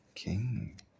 king